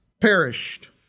perished